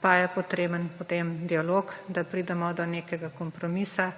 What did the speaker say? pa je potreben potem dialog, da pridemo do nekega kompromisa.